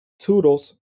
Toodles